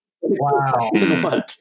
Wow